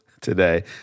today